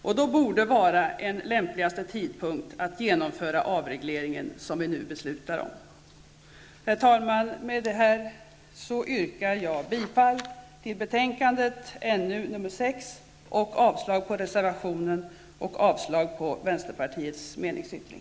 Detta borde vara den lämpligaste tidpunkten att genomföra den avreglering vi nu beslutar om. Herr talman! Med detta yrkar jag bifall till utskottets hemställan i betänkande NU6, avslag på reservationen och avslag på vänsterpartiets meningsyttring.